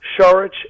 Sharich